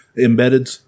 Embedded